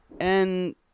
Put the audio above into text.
and-